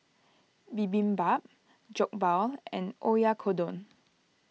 Bibimbap Jokbal and Oyakodon